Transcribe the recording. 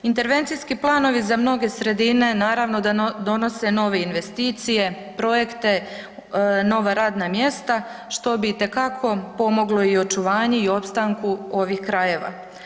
Intervencijski planovi za mnoge sredine naravno da donosi nove investicije, projekte, nova radna mjesta što bi itekako pomoglo i očuvanju i opstanku ovih krajeva.